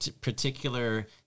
particular